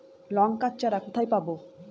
লঙ্কার চারা কোথায় পাবো?